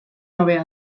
hobea